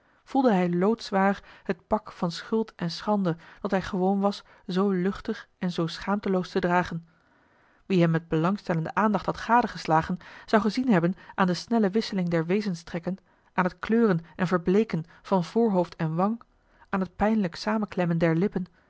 voelde hij loodzwaar het pak van schuld en schande dat hij gewoon was zoo luchtig en zoo schaamteloos te dragen wie hem met belangstellende aandacht had gadegeslagen zou gezien hebben aan de snelle wisseling der wezenstrekken aan het kleuren en verbleeken van voorhoofd en wang aan het pijnlijk samenklemmen der lippen